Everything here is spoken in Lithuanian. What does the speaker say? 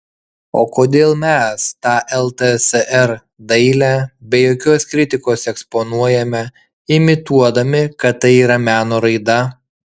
o kodėl mes tą ltsr dailę be jokios kritikos eksponuojame imituodami kad tai yra meno raida